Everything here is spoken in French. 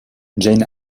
jane